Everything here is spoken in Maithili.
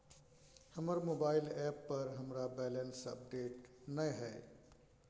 हमर मोबाइल ऐप पर हमरा बैलेंस अपडेट नय हय